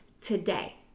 today